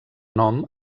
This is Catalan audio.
nom